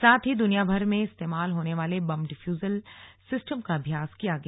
साथ ही दुनियाभर में इस्तेमाल होने वाले बम डिफ्यूजल सिस्टम का अभ्यास किया गया